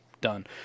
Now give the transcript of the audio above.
Done